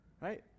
Right